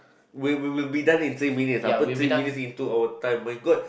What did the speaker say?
we we we'll be done in three minutes uh put three minutes into our time my god